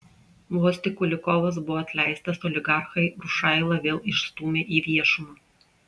vos tik kulikovas buvo atleistas oligarchai rušailą vėl išstūmė į viešumą